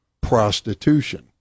prostitution